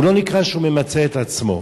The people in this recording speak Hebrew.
הוא לא נקרא שהוא ממצה את עצמו,